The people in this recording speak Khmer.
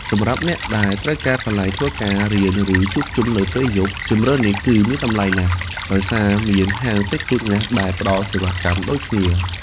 សម្រាប់អ្នកដែលត្រូវការកន្លែងធ្វើការ រៀន ឬជួបជុំនៅពេលយប់ ជម្រើសនេះគឺមានតម្លៃណាស់ ដោយសារមានហាងតិចតួចណាស់ដែលផ្តល់សេវាកម្មដូចគ្នា។